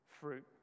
fruit